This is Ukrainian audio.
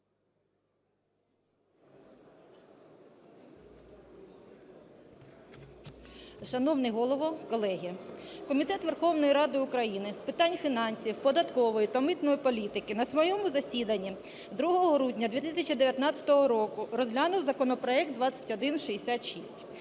Шановний Голово, колеги! Комітет Верховної Ради України з питань фінансів, податкової та митної політки на своєму засіданні 2 грудня 2019 року розглянув законопроект 2166.